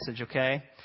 okay